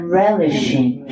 relishing